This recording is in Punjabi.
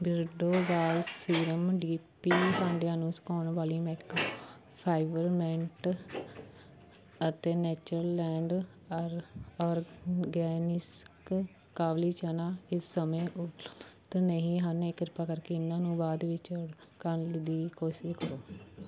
ਬਿਰਡੋ ਵਾਲ ਸੀਰਮ ਡੀ ਪੀ ਭਾਂਡਿਆਂ ਨੂੰ ਸੁਕਾਉਣ ਵਾਲੀ ਮਾਈਕ੍ਰੋਫਾਈਬਰ ਮੈਂਟ ਅਤੇ ਨੇਚਰਲੈਂਡ ਆਰ ਔਰਗੈਨਿਸਕ ਕਾਬੁਲੀ ਚਨਾ ਇਸ ਸਮੇਂ ਉਪਲਬਧ ਨਹੀਂ ਹਨ ਕਿਰਪਾ ਕਰਕੇ ਇਹਨਾਂ ਨੂੰ ਬਾਅਦ ਵਿੱਚ ਆਰਡਰ ਕਰਨ ਦੀ ਕੋਸ਼ਿਸ਼ ਕਰੋ